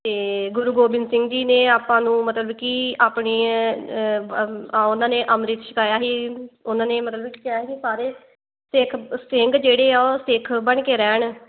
ਅਤੇ ਗੁਰੂ ਗੋਬਿੰਦ ਸਿੰਘ ਜੀ ਨੇ ਆਪਾਂ ਨੂੰ ਮਤਲਬ ਕਿ ਆਪਣੀ ਉਹਨਾਂ ਨੇ ਅੰਮ੍ਰਿਤ ਛਕਾਇਆ ਸੀ ਉਹਨਾਂ ਨੇ ਮਤਲਬ ਕਿਹਾ ਸਾਰੇ ਸਿੱਖ ਸਿੰਘ ਜਿਹੜੇ ਉਹ ਸਿੱਖ ਬਣ ਕੇ ਰਹਿਣ